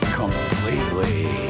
completely